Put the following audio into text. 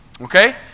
Okay